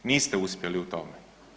Niste uspjeli u tome.